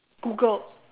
Googled